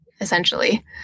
essentially